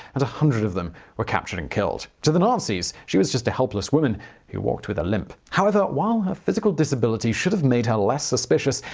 and one hundred of them were captured and killed. to the nazis, she was just a helpless woman who walked with a limp. however, while her physical disability should have made her less suspicious,